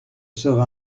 sera